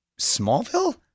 Smallville